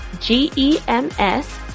G-E-M-S